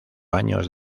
años